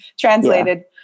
translated